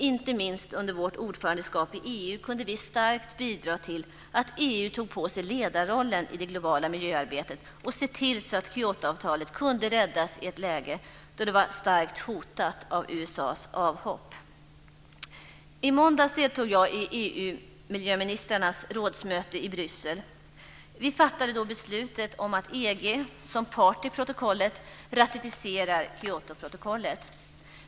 Inte minst under vårt ordförandeskap i EU kunde vi starkt bidra till att EU tog på sig ledarrollen i det globala miljöarbetet och såg till att Kyotoavtalet kunde räddas i ett läge då det var starkt hotat av USA:s avhopp. I måndags deltog jag i EU:s miljöministrars rådsmöte i Bryssel. Vi fattade då beslut om att EG som part i protokollet ratificerar Kyotoprotokollet.